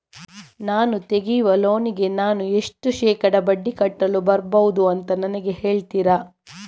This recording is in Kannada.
ನಾನು ತೆಗಿಯುವ ಲೋನಿಗೆ ನಾನು ಎಷ್ಟು ಶೇಕಡಾ ಬಡ್ಡಿ ಕಟ್ಟಲು ಬರ್ಬಹುದು ಅಂತ ನನಗೆ ಹೇಳ್ತೀರಾ?